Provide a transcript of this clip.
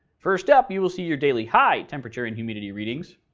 first up, you will see your daily hi temperature and humidity readings.